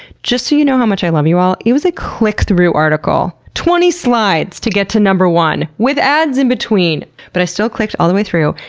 just so you know how much i love you all, it was a click-through article. twenty slides to get to number one! with ads in between! but i still clicked all the way through,